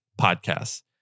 podcasts